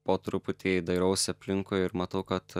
po truputį dairausi aplinkui ir matau kad